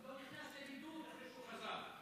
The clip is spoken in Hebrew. גם לא נכנס לבידוד אחרי שהוא חזר.